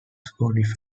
scores